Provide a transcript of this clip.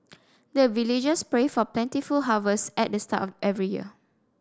the villagers pray for plentiful harvest at the start of every year